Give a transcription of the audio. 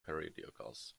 periodicals